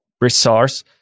resource